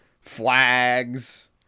flags